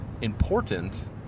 important